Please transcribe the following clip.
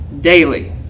daily